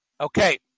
Okay